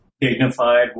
dignified